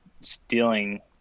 stealing